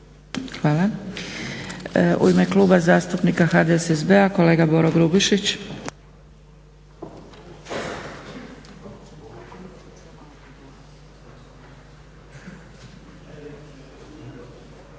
Hvala. U ime Kluba zastupnika HDSSB-a kolega Boro Grubišić.